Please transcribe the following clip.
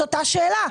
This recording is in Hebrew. אבל זאת אותה שאלה,